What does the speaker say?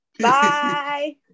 Bye